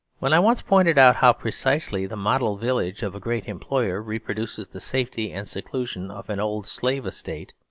when i once pointed out how precisely the model village of a great employer reproduces the safety and seclusion of an old slave estate,